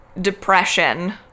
depression